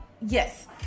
yes